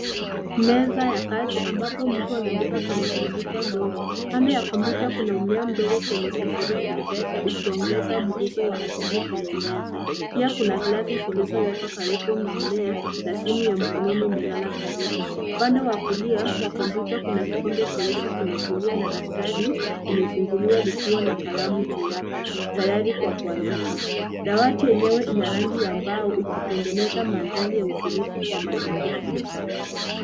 Meza ya kazi ambapo mtu anaandika kwenye kompyuta ndogo. Kando ya kompyuta kuna mmea mdogo kwenye sufuria ya fedha ukiongeza mguso wa asili kwenye meza. Pia kuna glasi zilizowekwa karibu na mmea na simu ya mkononi imelala karibu. Upande wa kulia wa kompyuta kuna kikombe cheusi kimetulia na daftari imefunguliwa likiwa na kalamu juu yake, tayari kwa kuandika. Dawati enyewe ina rangi ya mbao, ikitengeneza mandhari ya utulivu kwa mazingira ya kazi.